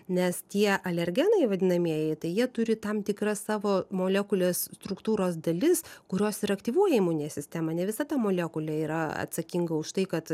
nes tie alergenai vadinamieji tai jie turi tam tikrą savo molekulės struktūros dalis kurios ir aktyvuoja imuninę sistemą ne visa ta molekulė yra atsakinga už tai kad